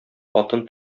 атын